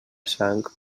sang